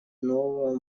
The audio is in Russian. нового